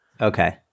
Okay